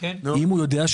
אם הוא יודע,